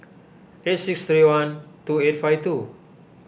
eight six three one two eight five two